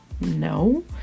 no